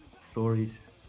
stories